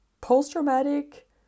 post-traumatic